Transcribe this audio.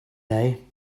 day